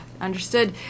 understood